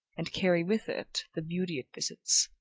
and carry with it the beauty it visits,